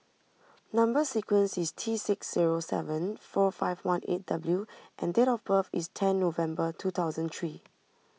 Number Sequence is T six zero seven four five one eight W and date of birth is ten November two thousand three